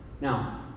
Now